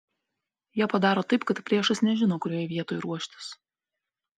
jie padaro taip kad priešas nežino kurioje vietoj ruoštis